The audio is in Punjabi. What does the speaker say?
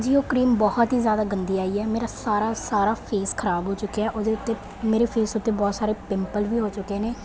ਜੀ ਉਹ ਕਰੀਮ ਬਹੁਤ ਹੀ ਜ਼ਿਆਦਾ ਗੰਦੀ ਆਈ ਐ ਮੇਰਾ ਸਾਰਾ ਸਾਰਾ ਫੇਸ ਖਰਾਬ ਹੋ ਚੁੱਕਿਆ ਉਹਦੇ ਉੱਤੇ ਮੇਰੇ ਫੇਸ ਉੱਤੇ ਬਹੁਤ ਸਾਰੇ ਪਿੰਪਲ ਵੀ ਹੋ ਚੁੱਕੇ ਨੇ